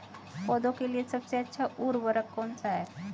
पौधों के लिए सबसे अच्छा उर्वरक कौन सा है?